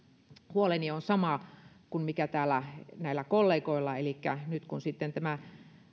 huoleni on sama kuin täällä kollegoilla elikkä että nyt kun sitten tämä